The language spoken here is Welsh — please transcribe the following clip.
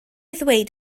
ddweud